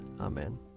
Amen